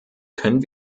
können